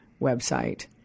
website